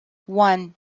one